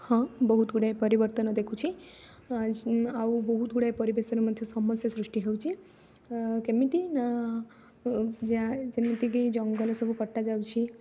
ହଁ ବହୁତ୍ ଗୁଡ଼ାଏ ପରିବର୍ତ୍ତନ ଦେଖୁଛି ଆଉ ବହୁତ ଗୁଡ଼ାଏ ପରିବେଶର ମଧ୍ୟ ସମସ୍ୟା ସୃଷ୍ଟି ହେଉଛି କେମିତି ନା ଯେମିତିକି ଜଙ୍ଗଲ ସବୁ କଟାଯାଉଛି